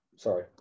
sorry